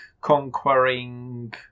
conquering